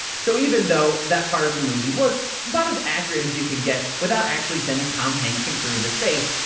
so even though that part of the movie was about but as accurate as you can get without actually sending tom hanks and crew into space,